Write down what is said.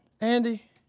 Andy